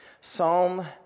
Psalm